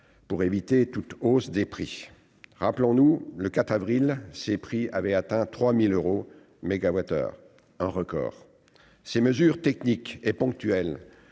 pour éviter toute hausse des prix. Souvenons-nous : le 4 avril dernier, ces prix avaient atteint 3 000 euros par mégawattheure : un record ! Ces mesures techniques et ponctuelles